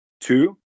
two